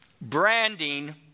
Branding